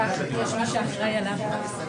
כמו שעיסוק אחר שאין בו חובת ביטוח,